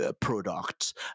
product